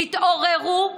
תתעוררו.